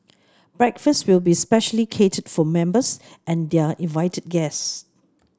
breakfast will be specially catered for members and their invited guests